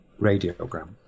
radiogram